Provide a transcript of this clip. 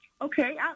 Okay